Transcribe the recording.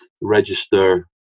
register